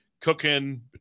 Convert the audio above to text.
cooking